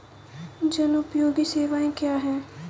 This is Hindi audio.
जनोपयोगी सेवाएँ क्या हैं?